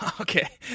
Okay